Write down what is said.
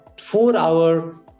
four-hour